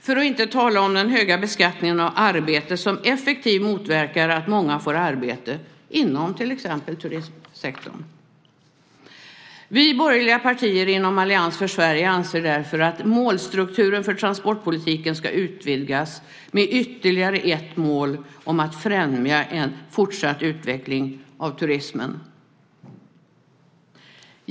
För att inte tala om den höga beskattningen av arbete som effektivt motverkar att många får arbete inom till exempel turismsektorn. Vi borgerliga partier inom Allians för Sverige anser därför att målstrukturen för transportpolitiken ska utvidgas med ytterligare ett mål om att främja en fortsatt utveckling av turismen.